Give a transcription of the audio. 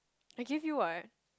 I give you what